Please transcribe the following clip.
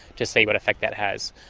to see what effect that has.